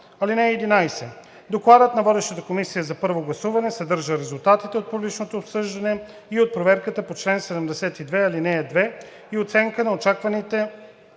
(11) Докладът на водещата комисия за първо гласуване съдържа резултатите от публичното обсъждане и от проверката по чл. 72, ал. 2 и оценка на очакваните